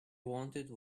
wanted